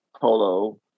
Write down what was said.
polo